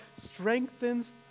strengthens